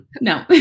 No